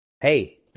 Hey